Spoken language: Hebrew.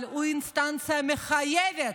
אבל הוא אינסטנציה מחייבת".